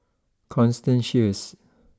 Constance Sheares